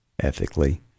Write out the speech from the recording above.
ethically